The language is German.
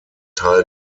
teil